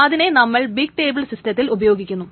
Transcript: അതിനെ നമ്മൾ big table സിസ്റ്റത്തിൽ ഉപയോഗിക്കുന്നു